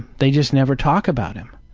they just never talk about him.